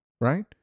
right